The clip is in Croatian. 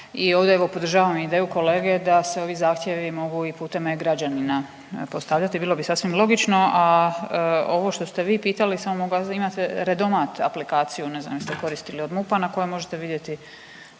ovdje podržavamo i ideju kolege da se ovi zahtjevi mogu i putem e-građanina postavljati, bilo bi sasvim logično, a ovo što ste vi pitali … imat redomat aplikaciju ne znam jeste koristili od MUP-a na kojoj možete vidjeti